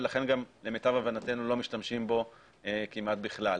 ולכן גם למיטב הבנתנו לא משתמשים בו כמעט בכלל,